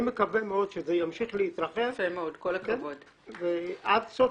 אני מקווה מאוד שזה ימשיך להתרחב ושעד סוף